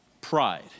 pride